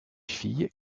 fille